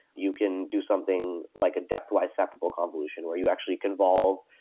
you can do something like a depth-wise susceptible convolution, where you actually convolve,